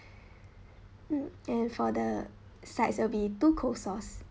mm and for the sides it'll be two coleslaws